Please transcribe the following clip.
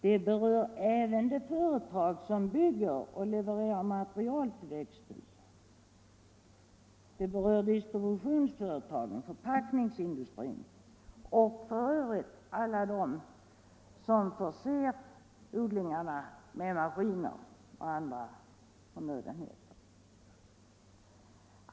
Den berör även de företag som bygger och levererar material till växthus, den berör distributionsföretag, förpackningsindustri och f.ö. alla dem som förser odlingarna med maskiner och andra förnödenheter.